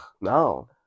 No